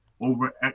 over